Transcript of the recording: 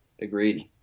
Agreed